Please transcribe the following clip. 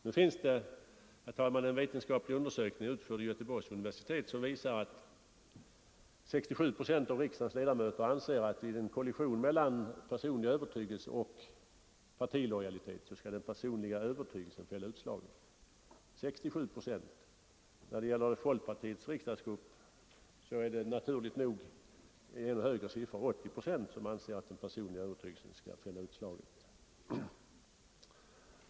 Nu finns det, herr talman, en vetenskaplig undersökning utförd vid Göteborgs universitet som visar att 67 procent av riksdagens ledamöter anser att vid en kollision mellan personlig övertygelse och partilojalitet skall den personliga övertygelsen fälla utslaget. När det gäller folkpartiets riksdagsgrupp är det naturligt nog ett ännu större antal, 80 procent, som anser att den personliga övertygelsen skall fälla utslaget.